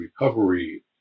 recovery